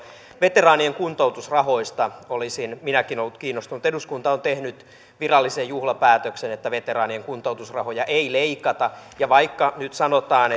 veteraanien kuntoutusrahoista olisin minäkin ollut kiinnostunut eduskunta on tehnyt virallisen juhlapäätöksen että veteraanien kuntoutusrahoja ei leikata ja vaikka nyt sanotaan